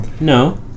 No